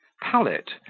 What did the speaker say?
pallet,